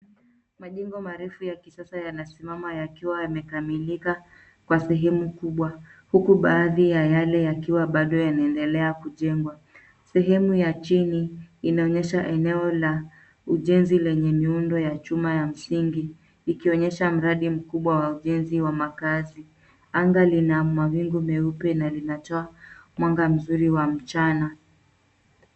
Majengo marefu ya kisasa yana simama yakiwa yamekamilika kwa sehemu kubwa huku baadhi ya yale yakiwa bado yanaendelea kujengwa sehemu ya chini inaonyesha eneo la ujezi lenye miundo ya chuma ya msingi ikionyesha mradhi mkubwa waviazi wa makazi anga lina mawingi meupe na linatoa mwanga mzuri wa mchana.